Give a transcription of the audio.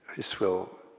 this will